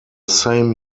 same